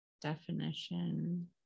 Definition